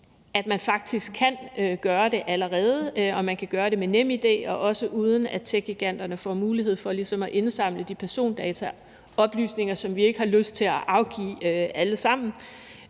at man faktisk kan gøre det allerede. Man kan gøre det med NemID og også uden, at techgiganterne får mulighed for ligesom at indsamle de persondata og -oplysninger, som vi ikke har lyst til at afgive alle sammen,